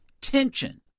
tension